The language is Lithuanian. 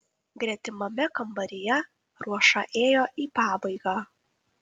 gretimame kambaryje ruoša ėjo į pabaigą